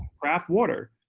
craft water.